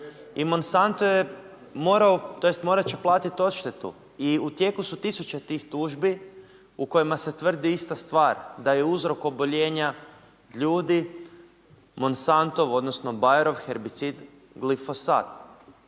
morao tj. morati će platiti odštetu i u tijeku su tisuće tih tužbi u kojima se tvrdi ista stvar, da je uzrok oboljenja ljudi Monsantov odnosno Bajerov herbicid glifosat.